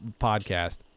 podcast